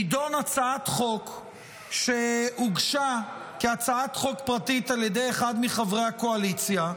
תידון הצעת חוק שהוגשה כהצעת חוק פרטית על ידי אחד מחברי הקואליציה.